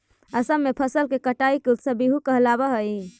असम में फसल के कटाई के उत्सव बीहू कहलावऽ हइ